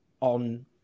on